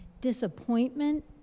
disappointment